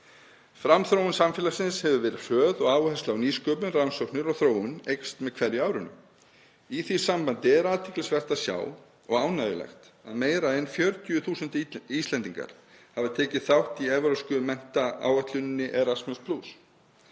Framþróun samfélagsins hefur verið hröð og áhersla á nýsköpun, rannsóknir og þróun eykst með hverju árinu. Í því sambandi er athyglisvert og ánægjulegt að sjá að meira en 40.000 Íslendingar hafa tekið þátt í evrópsku menntaáætluninni Erasmus+.